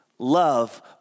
Love